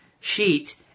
sheet